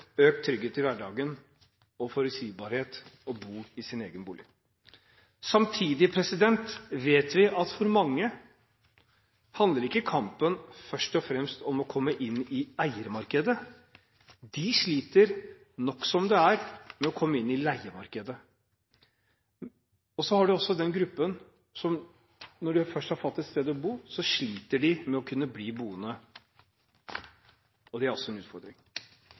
økt trygghet i hverdagen og forutsigbarhet å bo i sin egen bolig. Samtidig vet vi at for mange handler ikke kampen først og fremst om å komme inn i eiermarkedet – de sliter nok som det er med å komme inn i leiemarkedet. Så har man den gruppen som når de først har fått et sted å bo, sliter med å kunne bli boende, og det er også en utfordring.